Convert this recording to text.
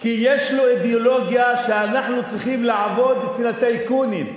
כי יש לו אידיאולוגיה שאנחנו צריכים לעבוד אצל הטייקונים.